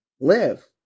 live